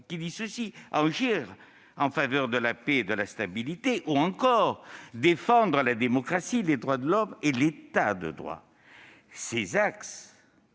On y trouve « Agir en faveur de la paix et de la stabilité », ou encore « Défendre la démocratie, les droits de l'homme et l'État de droit ». Ces axes